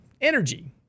energy